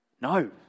No